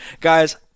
guys